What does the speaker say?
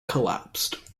collapsed